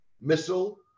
missile